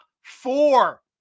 four